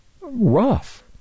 rough